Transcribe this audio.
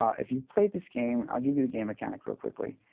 ah if you've played this game i'll give you the game mechanic really quickly.